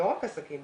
לא רק עסקים.